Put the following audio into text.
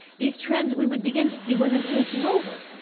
these trends we would begin to see women taking over,